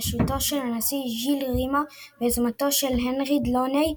בראשותו של הנשיא ז'יל רימה וביוזמתו של הנרי דלוניי,